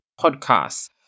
podcast